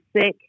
sick